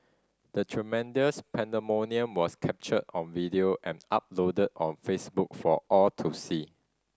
the tremendous pandemonium was captured on video and uploaded on Facebook for all to see